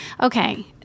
okay